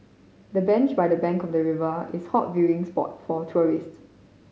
the bench by the bank of the river is hot viewing spot for tourists